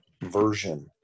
version